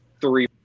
three